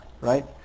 right